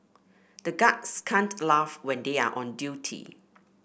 the guards can't laugh when they are on duty